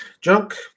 junk